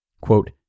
Quote